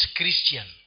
Christian